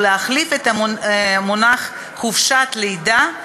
ולהחליף את המונח חופשת לידה,